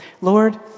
Lord